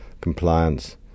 compliance